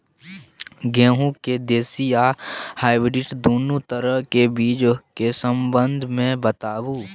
गेहूँ के देसी आ हाइब्रिड दुनू तरह के बीज के संबंध मे बताबू?